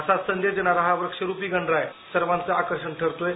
असा संदेश देणारा हा वूक्षरुपी गणराय सर्वांचं आर्कषण ठरतो आहे